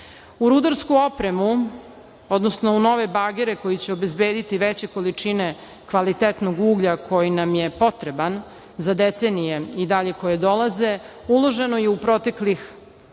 rudarsku opremu, odnosno u nove bagere koji će obezbediti veće količine kvalitetnog uglja koji nam je potreban za decenije koje dolaze, uloženo je u proteklih